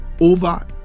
over